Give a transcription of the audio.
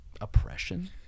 oppression